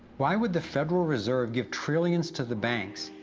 why would the federal reserve give trillions to the banks,